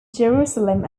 jerusalem